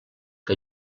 que